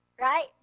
right